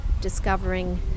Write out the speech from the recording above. discovering